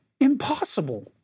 impossible